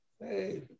Hey